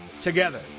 together